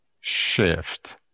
shift